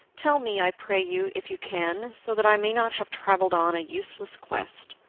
tell me, i pray you, if you can, so that i may not have travelled on a useless quest.